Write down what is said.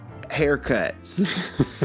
haircuts